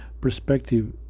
perspective